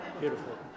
beautiful